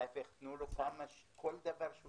ההיפך, תנו לו כל דבר שהוא צריך.